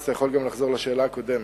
אז אתה יכול גם לחזור לשאלה הקודמת,